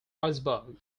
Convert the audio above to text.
iceberg